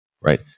Right